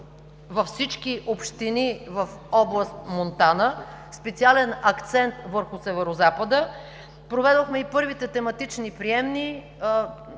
във всички общини в област Монтана – специален акцент върху Северозапада. Проведохме и първите тематични приемни.